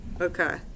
Okay